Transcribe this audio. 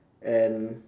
and